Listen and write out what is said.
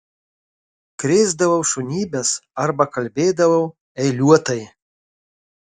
krėsdavau šunybes arba kalbėdavau eiliuotai